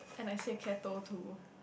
and I say catto too